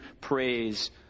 praise